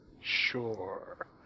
Sure